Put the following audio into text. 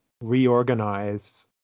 reorganize